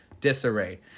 disarray